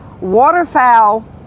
waterfowl